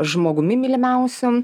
žmogumi mylimiausiu